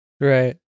right